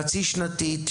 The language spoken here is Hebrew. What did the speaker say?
חצי-שנתית,